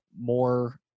more